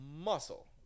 muscle